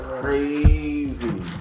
crazy